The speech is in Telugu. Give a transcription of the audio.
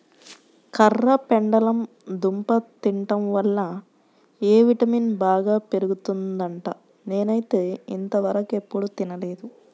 కర్రపెండలం దుంప తింటం వల్ల ఎ విటమిన్ బాగా పెరుగుద్దంట, నేనైతే ఇంతవరకెప్పుడు తినలేదు